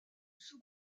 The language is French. sous